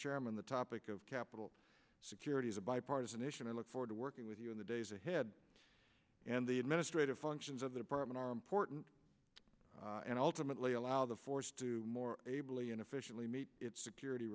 chairman the topic of capital security is a bipartisan issue and i look forward to working with you in the days ahead and the administrative functions of the department are important and ultimately allow the force to more a billion efficiently meet its security